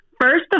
First